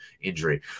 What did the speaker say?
injury